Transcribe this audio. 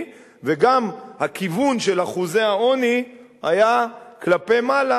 וגם הכיוון של אחוזי העוני היה כלפי מעלה,